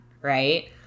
right